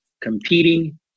competing